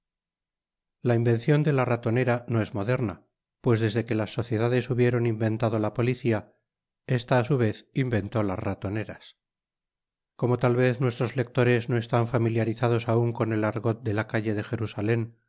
la invencion de la ratonera no es moderna pues desde que las sociedades hubieron inventado la policia esta á su vez inventó las ratoneras como tal vez nuestros lectores no están familiarizados aun con el argot de la calle do jerusalen